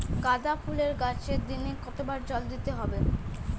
গাদা ফুলের গাছে দিনে কতবার জল দিতে হবে?